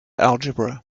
algebra